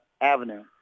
Avenue